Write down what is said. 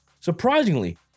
surprisingly